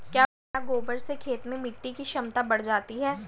क्या गोबर से खेत में मिटी की क्षमता बढ़ जाती है?